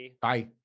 bye